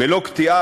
בלא קטיעה,